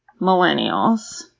millennials